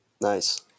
Nice